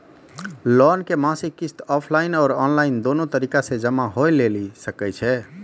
Loan के मासिक किस्त ऑफलाइन और ऑनलाइन दोनो तरीका से जमा होय लेली सकै छै?